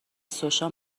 سوشا